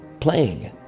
Playing